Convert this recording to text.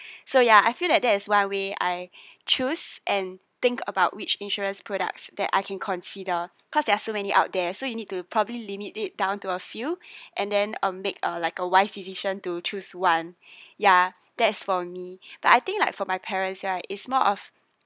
so ya I feel like that is one way I choose and think about which insurance products that I can consider because there are so many out there so you need to probably limit it down to a few and then um make a like a wise decision to choose one ya that's for me but I think like for my parents right is more of